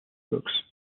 boxe